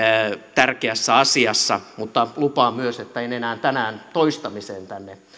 tärkeässä asiassa mutta lupaan myös että en enää tänään toistamiseen tänne